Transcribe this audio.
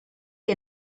que